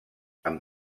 amb